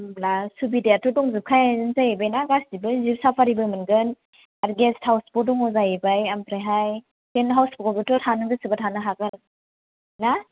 होमब्ला सुबुदियाथ' दंजोबखायोआनो जाहैबाय ना गासिबो जीप साफारिबो मोनगोन आरो गेस्ट हाउसबो दङ जाहैबा ओमफ्रायहाय टेन्ट हाउसखौबोथ' थानो गोसोबा थानो हागोन ना